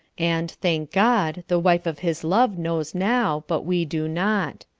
and, thank god, the wife of his love knows now, but we do not.